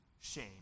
shame